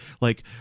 like-